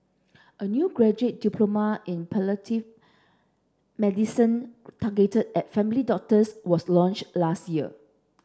a new graduate diploma in palliative medicine targeted at family doctors was launched last year